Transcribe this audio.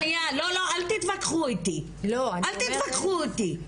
שנייה, אל תתווכחו איתי, אל תתווכחו איתי.